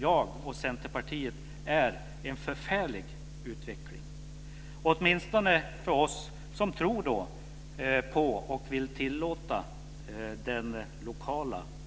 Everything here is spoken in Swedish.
Jag och Centerpartiet, som tror på den lokala demokratin och vill främja den, tycker att detta är en förfärlig utveckling. Herr talman!